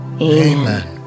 Amen